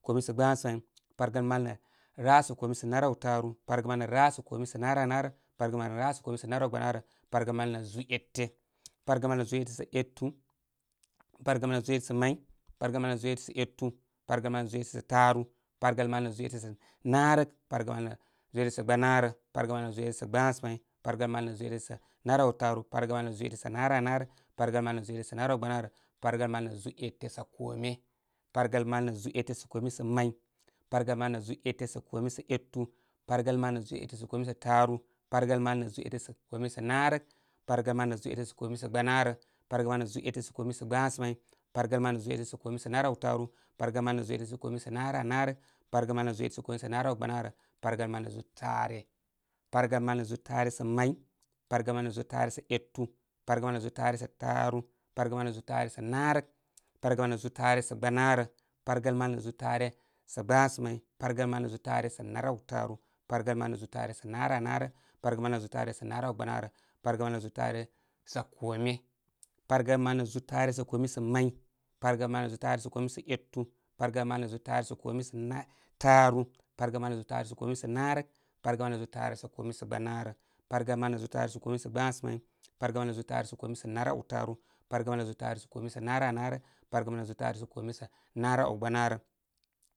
Kome sa gbasamay, pargəl mal nə' rarək sa kome sa naraw taaru, pargəl mal nə rarək sa kome sa naranarək, pargəl mal nə rarək sa kome sa narow gbanaarə, pargəl mal nə zūū ete. pargəl nə' zūū ete sa may, pargol mal nə zūū ete sa etu pargəl mal nə' zūū ete sa taaru, pargəl mal nə' zūū ete sa naarək, pargəl mal nə' zūū ete sa gbanaarə, pargəl mal nə zūū ete sa gbasamay, pargol mal nə' zūū etesa naraw taaru, pargol mal nə' zūū ete sa narananrək, pargəl mal nə' zūū ete sa naraw gbanourə, kpargəl mal nə' zūū ete sa kome, pargəl mal nə' zūū ete sa kome sa may, pargəl ma'nə' zūū ete sa kame sa etu, pargəl mal nə' zūū etesa kome sa taaru, pargəl mal nə zūū ete komesa naarək, pargəl mal nə' zūū ete sa kome sa gbanaarə, pargəl mal na zūū taare. Pargəl mal nə zuu taare sa may, pargəl mal nə zūū taare sa et, pargəl mal nə zūū taare sa taaru, par gəl mal nə' zūū taare sa naarək, pargəl mal nə' zūū taare sa gbanarə, pargəl mal nə' zūū taare sa gbasa may, pargəl mal nə zūū sa naraw taaru, pargəl mal nə' zūū taare sa naraw naarək pargəl nə zūū taare sa naraw gbanaarə, pargəl mal nə' zūū taare sakome. Pargəl mal nə' zūū taare sa kome sa may, pargəl mal nə zūū taare so kome sa etu, pargəl mal nə zūū taare sa kome sa nga taaru pargəl mal ni zūū taare sa naarək, pargəl mal nə' zūū taare sa kome sa gbanaarə, pargəl mal nə' zūū taare sa kome s agbasamay, pargəl mal nə' zūū taare sa kome sa narawtaaru pargəl mal nazūū taare sa kome sa naraw naarək, pargəl mal nə zūubbar taare sa kome sa naraw gbanaarə.